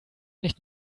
nicht